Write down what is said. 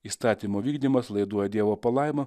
įstatymo vykdymas laiduoja dievo palaimą